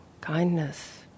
kindness